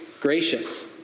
gracious